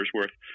worth